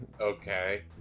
Okay